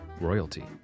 royalty